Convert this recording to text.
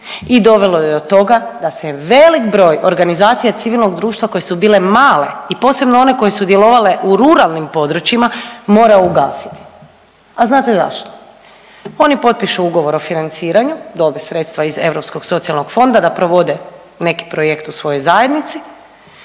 i dovelo je do toga da se velik broj organizacija civilnog društva koje su bile male i posebno one koje su djelovale u ruralnim područjima moraju ugasiti. A znate zašto? Oni potpišu ugovor o financiranju, dobe sredstva iz Europskog socijalnog fonda da provode neki projekt u svojoj zajednici